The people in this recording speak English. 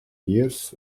years